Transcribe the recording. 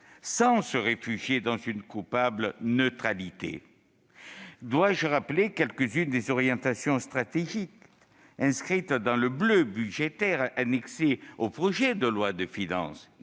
sans se réfugier dans une coupable neutralité. Dois-je rappeler quelques-unes des orientations stratégiques inscrites dans le bleu budgétaire annexé au projet de loi de finances ?